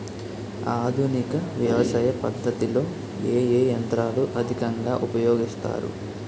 ఆధునిక వ్యవసయ పద్ధతిలో ఏ ఏ యంత్రాలు అధికంగా ఉపయోగిస్తారు?